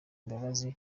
imbabazi